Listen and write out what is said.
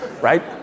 Right